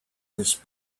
this